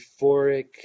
euphoric